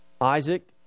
Isaac